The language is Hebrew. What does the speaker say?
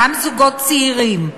גם זוגות צעירים,